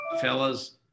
fellas